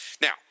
Now